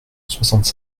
soixante